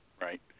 Right